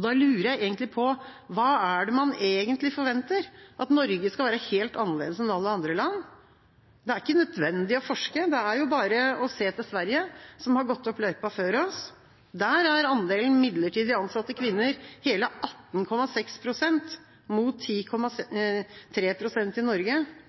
Da lurer jeg på hva det er man egentlig forventer – at Norge skal være helt annerledes enn alle andre land? Det er ikke nødvendig å forske. Det er bare å se til Sverige, som har gått opp løypa før oss. Der er andelen midlertidig ansatte kvinner hele 18,6 pst., mot 10,3 pst. i Norge.